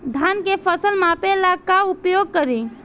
धान के फ़सल मापे ला का उपयोग करी?